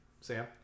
Sam